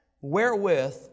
wherewith